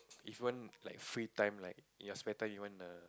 if want like free time like in your spare time you wanna